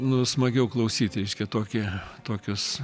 nu smagiau klausyt reiškia tokį tokius